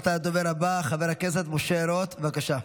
ועתה הדובר הבא, חבר הכנסת משה רוט, בבקשה.